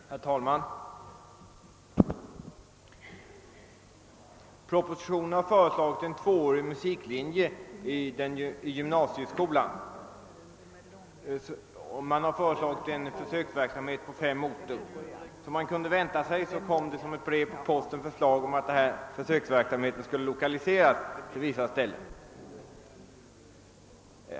Herr talman! Propositionen har föreslagit försöksverksamhet på fem orter med en tvåårig musiklinje i gymnasieskolan. Som man kunde vänta sig kom som ett brev på posten förslag om att denna försöksverksamhet skulle lokaliseras till vissa orter.